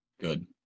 Good